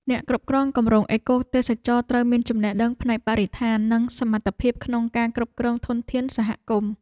អ្នកគ្រប់គ្រងគម្រោងអេកូទេសចរណ៍ត្រូវមានចំណេះដឹងផ្នែកបរិស្ថាន និងសមត្ថភាពក្នុងការគ្រប់គ្រងធនធានសហគមន៍។